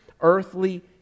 earthly